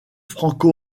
franco